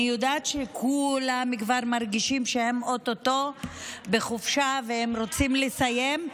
אני יודעת שכולם כבר מרגישים שהם או-טו-טו בחופשה ושהם רוצים לסיים,